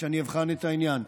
שאני אבחן את העניין.